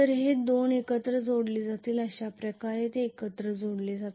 हे 2 एकत्र जोडले जातील अशा प्रकारे ते एकत्र जोडले जातील